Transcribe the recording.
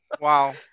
Wow